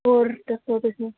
ਹੋਰ ਦੱਸੋ ਤੁਸੀਂ